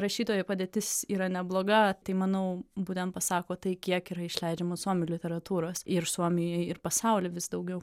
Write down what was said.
rašytojų padėtis yra nebloga tai manau būtent pasako tai kiek yra išleidžiama suomių literatūros ir suomijoj ir pasauly vis daugiau